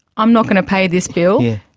i'm not going to pay this bill.